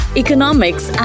economics